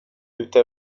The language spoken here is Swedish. ute